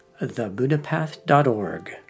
thebuddhapath.org